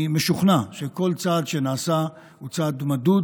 אני משוכנע שכל צעד שנעשה הוא צעד מדוד